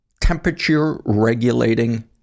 temperature-regulating